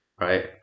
right